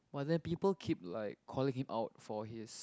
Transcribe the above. while there're people keep like calling him out for his